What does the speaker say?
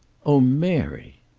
oh, mary!